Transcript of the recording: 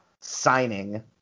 signing